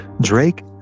Drake